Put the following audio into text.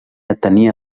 atenia